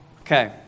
Okay